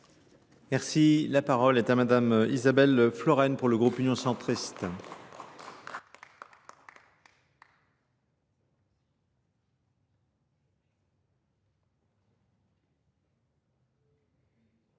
Merci. La parole est à madame Isabelle Floren pour le groupe Union Centriste.